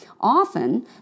Often